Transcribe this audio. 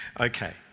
okay